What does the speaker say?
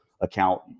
account